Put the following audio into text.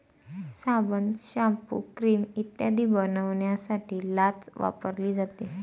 साबण, shampoo, cream इत्यादी बनवण्यासाठी लाच वापरली जाते